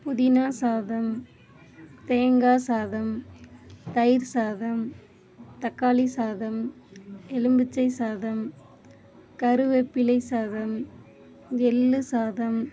புதினா சாதம் தேங்காய் சாதம் தயிர் சாதம் தக்காளி சாதம் எலுமிச்சை சாதம் கருவேப்பிலை சாதம் எள் சாதம்